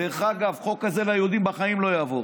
דרך אגב, חוק כזה ליהודים בחיים לא יעבור.